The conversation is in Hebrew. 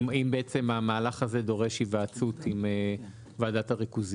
אם המהלך הזה דורש היוועצות עם ועדת הריכוזיות.